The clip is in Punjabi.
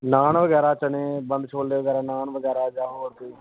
ਨਾਨ ਵਗੈਰਾ ਚਨੇ ਬੰਦ ਛੋਲੇ ਵਗੈਰਾ ਨਾਨ ਵਗੈਰਾ ਜਾਂ ਹੋਰ ਕੁਝ